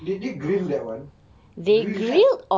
did they grill that one grill kan